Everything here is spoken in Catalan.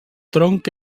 tronc